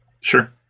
sure